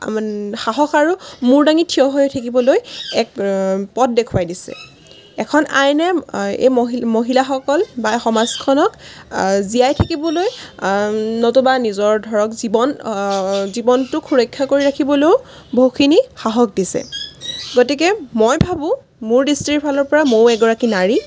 সাহস আৰু মূৰ দাঙি থিয় হৈ থাকিবলৈ এক পথ দেখোৱাই দিছে এখন আইনে এই মহিলাসকল বা এই সমাজখনক জীয়াই থাকিবলৈ নতুবা নিজৰ ধৰক জীৱন জীৱনটোক সুৰক্ষা কৰি ৰাখিবলৈয়ো বহুতখিনি সাহস দিছে গতিকে মই ভাবোঁ মোৰ দৃষ্টিৰ ফালৰ পৰা মইয়ো এগৰাকী নাৰী